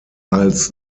als